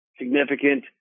significant